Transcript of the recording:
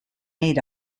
made